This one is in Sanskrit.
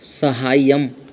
साहाय्यम्